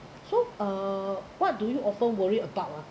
so uh what do you often worry about lah